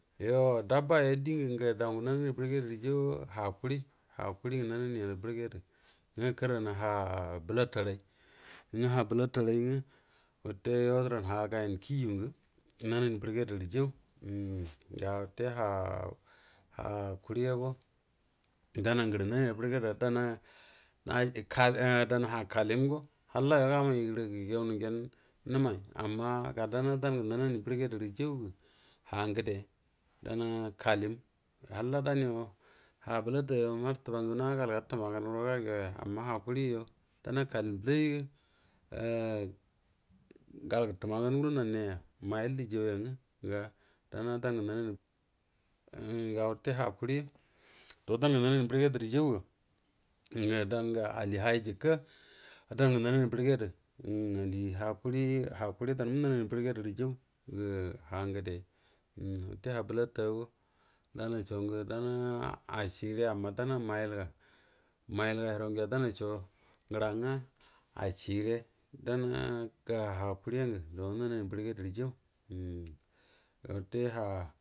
Yo dabba dingə dau nani bərgedərə yow a ha kuri ha kuri ngə nani bərəyedi nga karrana ha bəlatarai nga ha bəlatarai nga wute yo dəran jau umn ga wute ba dana ha kuri a dana ha kailəmgo hallayo namai dangə nani bərə gedə rə janga ka ngəde dana kailən halla danyo ha bəlatayo marətuba ngagu naga nal gatuma gando gagenya amma hakuriyo gal gətam agando nannaija wailə jan yanga dana dangə nani ha kuria dangə ngul bərə gedə ra jan ngə dangə ali ha gikə dangə nani bərəgədə ha kuri jikə gə ha ngəde wute ha bəlata dana mail ngə ashire dana na kuri ngə do nga nani bərəgedə ru jau.